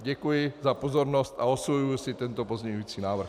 Děkuji za pozornost a osvojuji si tento pozměňovací návrh.